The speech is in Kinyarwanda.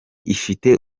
ifite